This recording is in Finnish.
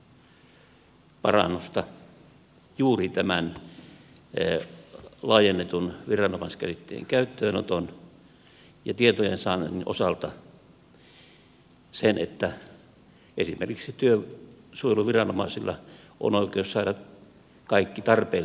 juuri tämän laajennetun viranomaiskäsitteen käyttöönoton ja tietojensaannin osalta sen että esimerkiksi työsuojeluviranomaisilla on oikeus saada kaikki tarpeellinen tieto